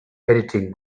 editing